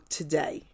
today